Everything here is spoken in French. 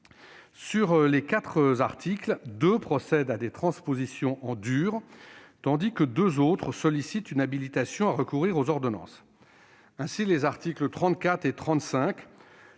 Sur les quatre articles, deux procèdent à des transpositions « en dur », tandis que deux autres sollicitent une habilitation à recourir aux ordonnances. Ainsi, les articles 34 et 35